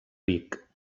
vic